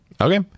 Okay